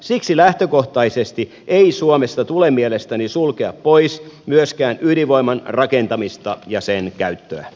siksi lähtökohtaisesti ei suomessa tule mielestäni sulkea pois myöskään ydinvoiman rakentamista ja sen käyttöä